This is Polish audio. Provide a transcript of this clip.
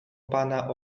pana